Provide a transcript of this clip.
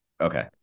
Okay